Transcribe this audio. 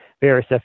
various